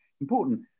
important